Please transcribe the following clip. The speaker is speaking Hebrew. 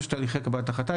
יש תהליכי קבלת החלטה.